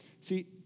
See